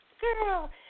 Girl